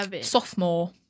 sophomore